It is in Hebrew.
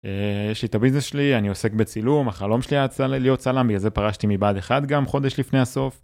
יש לי את הביזנס שלי, אני עוסק בצילום, החלום שלי היה להיות צלם, בגלל זה פרשתי מבה"ד 1 גם חודש לפני הסוף.